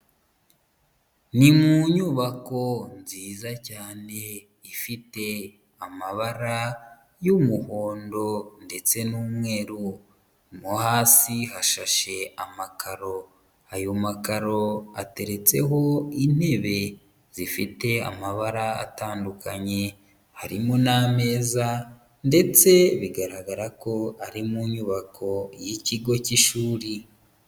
Ni mu nyubako nziza cyane ifite amabara y'umuhondo ndetse n'umweru mo hasi hashashe amakaro, ayo makaro ateretseho intebe zifite amabara atandukanye, harimo n'ameza ndetse bigaragara ko ari mu nyubako y'ikigo k'ishuri.